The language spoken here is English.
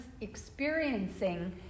experiencing